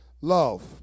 love